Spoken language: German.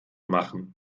machen